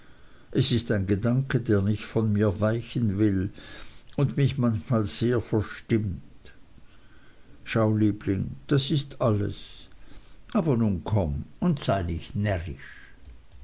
es ist ein gedanke der nicht von mir weichen will und mich manchmal sehr verstimmt schau liebling das ist alles aber nun komm und sei nicht